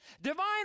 Divine